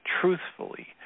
truthfully